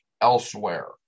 elsewhere